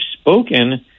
spoken